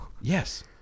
yes